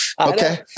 Okay